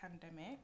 pandemic